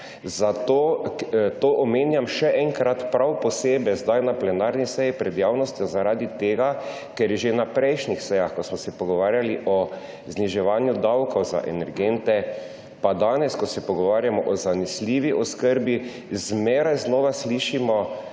To omenjam še enkrat prav posebej zdaj na plenarni seji pred javnostjo, ker že na prejšnjih sejah, ko smo se pogovarjali o zniževanju davkov za energente, pa danes, ko se pogovarjamo o zanesljivi oskrbi, zmeraj znova slišimo